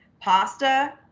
Pasta